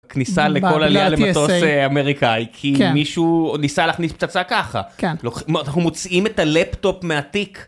כניסה לכל עלייה למטוס אמריקאי כי מישהו ניסה להכניס פצצה ככה אנחנו מוציאים את הלפטופ מהתיק.